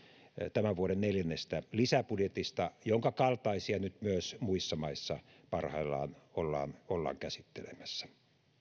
tämän vuoden neljännestä lisäbudjetista jonka kaltaisia nyt myös muissa maissa parhaillaan ollaan ollaan käsittelemässä kaikki